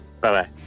Bye-bye